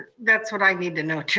that's what i need to know too.